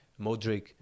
Modric